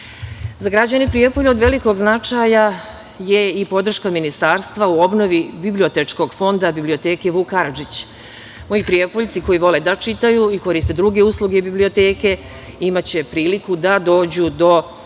građane Prijepolja od velikog značaja je i podrška Ministarstva u obnovi bibliotečkog fonda biblioteke "Vuk Karadžić". Moji Prijepoljci koji vole da čitaju i koriste druge usluge biblioteke imaće priliku da dođu do